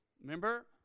Remember